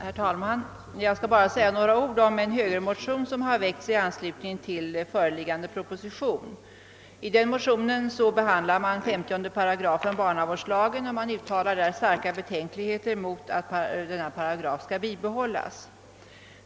Herr talman! Jag ber att få säga några ord om en högermotion som väckts i anslutning till förevarande proposition. I den motionen behandlas 50 8 barnavårdslagen, och motionärerna uttalar starka betänkligheter mot att paragrafen bibehålles.